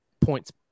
points